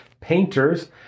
painters